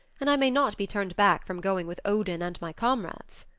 and i may not be turned back from going with odin and my comrades.